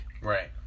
Right